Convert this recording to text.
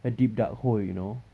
a deep dark hole you know